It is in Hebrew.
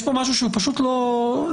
יש פה משהו שהוא פשוט לא הגיוני,